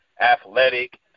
athletic